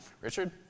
Richard